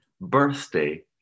birthday